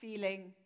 feeling